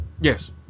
Yes